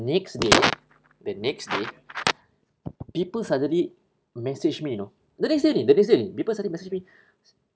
next day the next day people suddenly message me you know the next day only the next day people suddenly message me